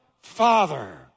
Father